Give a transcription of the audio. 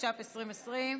התש"ף 2020,